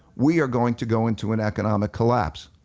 we are going to go into an economic collapse.